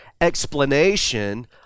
explanation